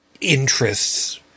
interests